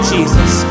Jesus